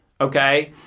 Okay